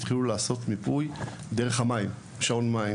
התחילו לעשות מיפוי דרך שעוני המים.